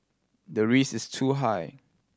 the risk is too high